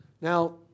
Now